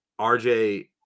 RJ